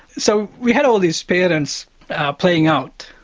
so we had all these parents playing out.